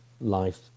life